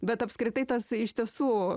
bet apskritai tasai iš tiesų